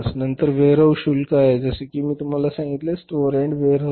नंतर वेअरहाऊस शुल्क आहेत जसे की मी तुम्हाला सांगितले की स्टोअर आणि वेअरहाऊस